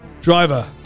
Driver